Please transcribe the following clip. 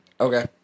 Okay